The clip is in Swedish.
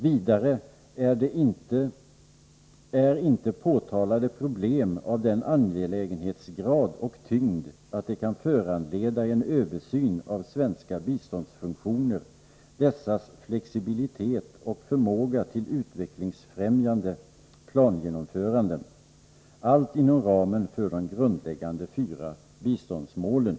Vidare: Är inte påtalade problem av den angelägenhetsgrad och tyngd att de kan föranleda en översyn av svenska biståndsfunktioner, dessas flexibilitet och förmåga till utvecklingsfrämjande plangenomföranden, allt inom ramen för de grundläggande fyra biståndsmålen?